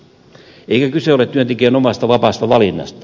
eikä kyse ole työntekijän omasta vapaasta valinnasta